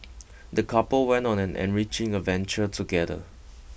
the couple went on an enriching adventure together